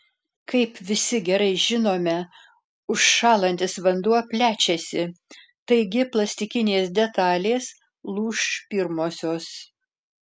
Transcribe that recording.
kaip visi gerai žinome užšąlantis vanduo plečiasi taigi plastikinės detalės lūš pirmosios